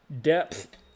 depth